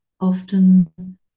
often